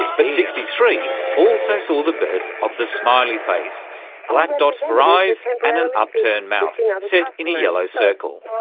but sixty three also saw the birth of the smiley face black dots for eyes and an upturned mouth, set in a yellow circle.